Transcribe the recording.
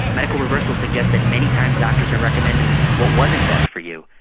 medical reversals suggest that many times doctors have recommended what wasn't best for you.